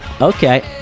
Okay